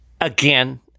again